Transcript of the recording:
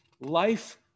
life